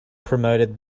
promoted